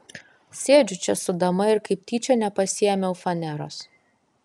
sėdžiu čia su dama ir kaip tyčia nepasiėmiau faneros